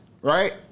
right